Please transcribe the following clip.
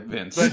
Vince